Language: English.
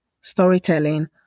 storytelling